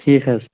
ٹھیٖک حظ